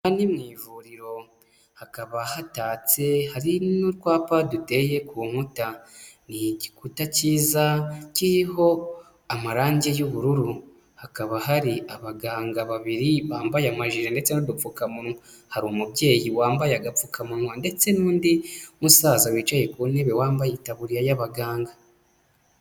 Aha ni mu ivuriro hakaba hatatse hari n'utlwapa duteye ku nkuta ni igikuta cyiza kiriho amarangi y'ubururu hakaba hari abaganga babiri bambaye amajiri ndetse n'udupfukamunwa hari umubyeyi wambaye agapfukamunwa ndetse n'undi musaza wicaye ku ntebe wambaye itaburiya y'abaganga.